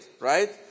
right